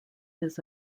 his